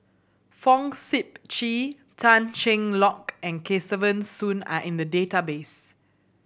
Fong Sip Chee Tan Cheng Lock and Kesavan Soon are in the database